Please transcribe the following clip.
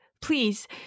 Please